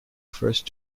first